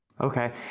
Okay